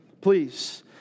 please